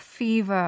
fever